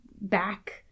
back